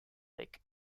lake